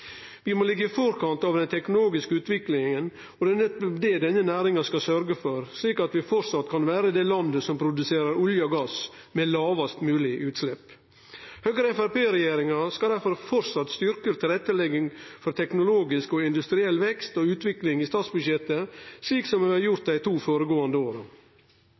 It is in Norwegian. Vi må liggje i forkant av den teknologiske utviklinga, og det er nettopp det denne næringa skal sørgje for, slik at vi framleis kan vere det landet som produserer olje og gass med lågast mogleg utslepp. Høgre–Framstegsparti-regjeringa skal difor fortsatt styrkje tilrettelegging for teknologisk og industriell vekst og utvikling i statsbudsjettet, slik som vi har gjort dei to føregåande åra.